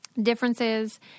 differences